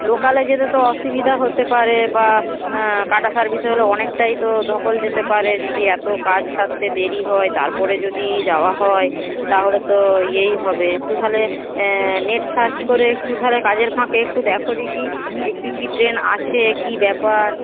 লোকালে যেতে তো অসুবিধা হতে পারে বা কাটা সার্ভিস হলে অনেকটাই তো ধকল যেতে পারে যদি এত কাজ সারতে দেরি হয় তারপরে যদি যাওয়া হয় তাহলে তো ইয়েই হবে একটু তাহলে নেট সার্চ করে একটু তাহলে কাজের ফাঁকে একটু দেখো দেখি যে কী কী ট্রেন আছে কী ব্যাপার